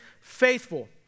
faithful